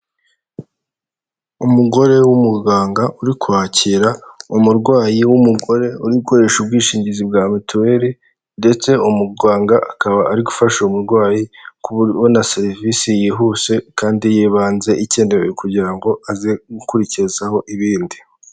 Umugore w'umuganga uri kwakira umurwayi w'umugore uri gukoresha ubwishingizi bwa mitiweli ndetse umuganga akaba ari gufasha umurwayi kubona serivisi yihuse kandi y'ibanze ikenewe kugira ngo aze gukurikizaho ibindi.